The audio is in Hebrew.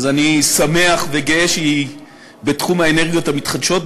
אז אני שמח וגאה שהיא בתחום האנרגיות המתחדשות,